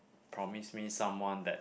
promise me someone that